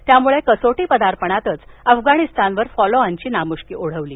त्यामुळे कसोटी पदार्पणातच अफगाणिस्तानवर फॉलोबॉनची नामुष्की ओढवली